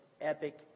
epic